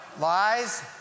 lies